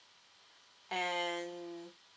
and